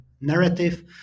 narrative